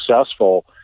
successful